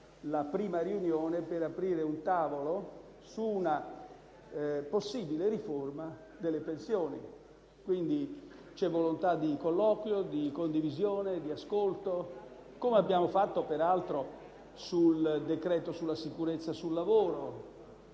la prima riunione per aprire un tavolo su una possibile riforma delle pensioni: c'è quindi volontà di colloquio, di condivisione, di ascolto, come abbiamo fatto peraltro sul decreto-legge sulla sicurezza sul lavoro.